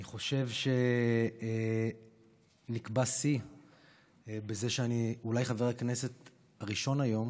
אני חושב שנקבע השיא בזה שאני אולי חבר הכנסת הראשון היום